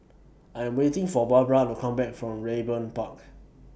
I'm waiting For Barbra to Come Back from Raeburn Park